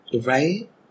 Right